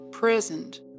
Present